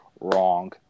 wrong